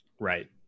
Right